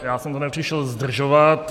Já jsem to nepřišel zdržovat.